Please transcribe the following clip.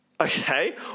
Okay